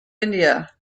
india